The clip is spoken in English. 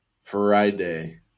Friday